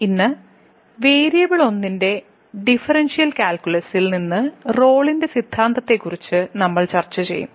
ഇന്ന് വേരിയബിൾ ഒന്നിന്റെ ഡിഫറൻഷ്യൽ കാൽക്കുലസിൽ നിന്ന് റോളിന്റെ സിദ്ധാന്തത്തെക്കുറിച്ച് Roll's theorem നമ്മൾ ചർച്ച ചെയ്യും